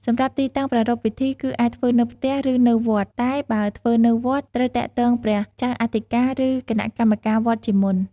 សម្រាប់ទីតាំងប្រារព្វពិធី គឺ អាចធ្វើនៅផ្ទះ ឬនៅវត្ត តែបើធ្វើនៅវត្ត ត្រូវទាក់ទងព្រះចៅអធិការ ឬគណៈកម្មការវត្តជាមុន។